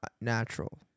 natural